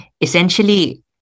essentially